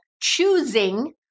choosing